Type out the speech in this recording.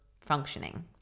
functioning